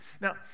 Now